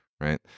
right